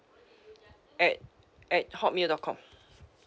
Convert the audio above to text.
at at hotmail dot com